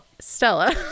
Stella